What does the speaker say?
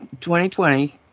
2020